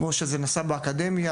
כמו שזה נעשה באקדמיה,